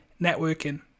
networking